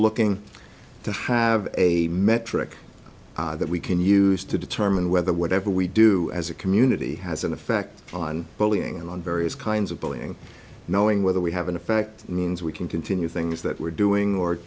looking to have a metric that we can use to determine whether whatever we do as a community has an effect on bullying and on various kinds of bullying knowing whether we have an effect means we can continue things that we're doing or